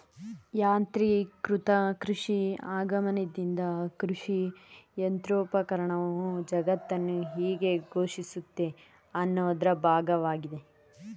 ಯಾಂತ್ರೀಕೃತ ಕೃಷಿ ಆಗಮನ್ದಿಂದ ಕೃಷಿಯಂತ್ರೋಪಕರಣವು ಜಗತ್ತನ್ನು ಹೇಗೆ ಪೋಷಿಸುತ್ತೆ ಅನ್ನೋದ್ರ ಭಾಗ್ವಾಗಿದೆ